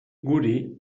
guri